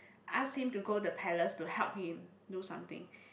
ask him to go the palace to help him do something